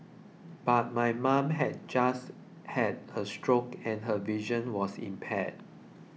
but my mother had just had a stroke and her vision was impaired